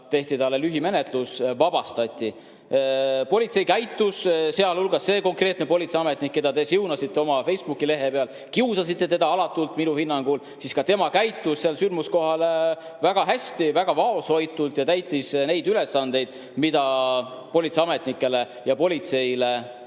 tehti talle lühimenetlus ja ta vabastati. Politsei, sealhulgas see konkreetne politseiametnik, keda te siunasite oma Facebooki lehel, kiusasite teda minu hinnangul alatult, käitus seal sündmuskohal väga hästi, väga vaoshoitult ja täitis neid ülesandeid, mis politseiametnikele ja politseile